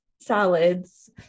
salads